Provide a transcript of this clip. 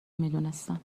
میدونستم